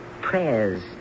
prayers